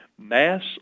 mass